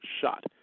shot